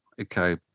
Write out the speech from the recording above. Okay